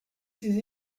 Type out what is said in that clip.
ses